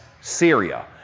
Syria